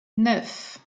neuf